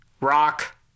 rock